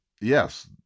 yes